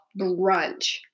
brunch